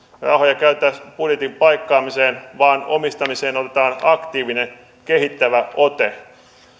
rahoja käytettäisiin budjetin paikkaamiseen vaan omistamiseen otetaan aktiivinen kehittävä ote